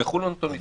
תשלחו לנו אותו.